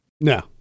no